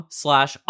slash